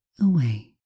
away